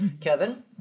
Kevin